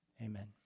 Amen